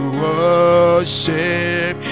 worship